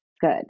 Good